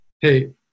hey